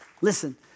listen